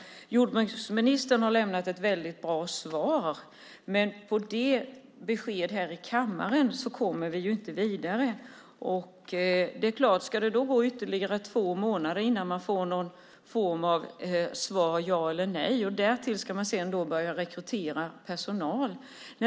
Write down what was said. Jordbruksministern har lämnat ett väldigt bra svar. Däremot kommer vi inte vidare vad gäller ytterligare besked i kammaren. Det kan alltså gå två månader till innan man får ett svar, ja eller nej, och därefter ska man börja rekrytera personal.